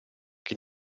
che